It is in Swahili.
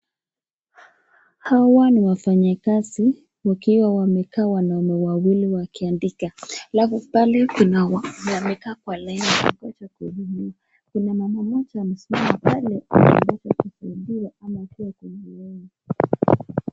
Hawa ni wafanyakazi wakiwa wamekaa na waume wawili wakiandika. Labda pale kuna wameweka lens kwa macho ya kurudua. Kuna mama mmoja amesimama pale akingojea kusaidiwa ama akiwa kingojea.